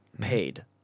paid